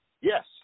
Yes